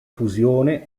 fusione